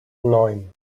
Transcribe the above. neun